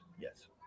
yes